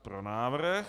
Pro návrh.